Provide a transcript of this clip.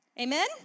amen